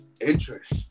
interest